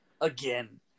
again